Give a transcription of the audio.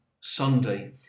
Sunday